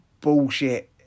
bullshit